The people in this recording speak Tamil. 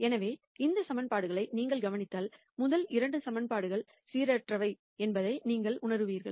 எனவே இந்த ஈகிவேஷன்களை நீங்கள் கவனித்தால் முதல் 2 ஈகிவேஷன்கள் சீரற்றவை என்பதை நீங்கள் உணருவீர்கள்